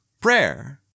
prayer